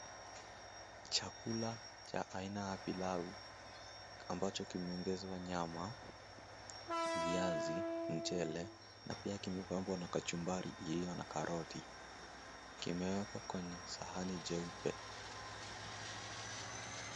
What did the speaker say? Chakula cha aina ya pilau ambacho kimeongezwa nyama, viazi, mchele na pia kimepambwa na kachumbari iliyo na karoti. Kimewekwa kwenye sahani jeupe.